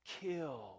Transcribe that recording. kill